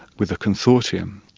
with a consortium.